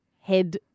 head